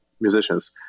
musicians